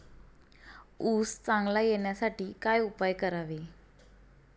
ऊस चांगला येण्यासाठी काय उपाय करावे?